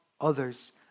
others